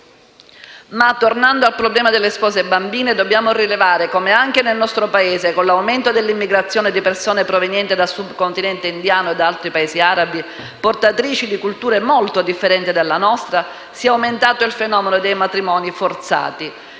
Tornando al problema delle spose bambine, dobbiamo rilevare come anche nel nostro Paese, con l'aumento dell'immigrazione di persone provenienti dal subcontinente indiano e dai Paesi arabi, portatrici di culture molto differenti dalla nostra, sia aumentato il fenomeno dei matrimoni forzati.